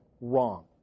wrong